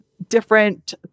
different